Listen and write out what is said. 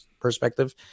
perspective